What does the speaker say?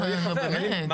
נו, באמת.